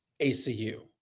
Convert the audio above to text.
ACU